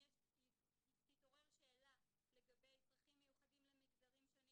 אם תתעורר שאלה לגבי צרכים מיוחדים למגזרים שונים